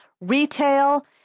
Retail